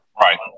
right